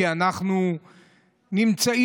כי אנחנו נמצאים,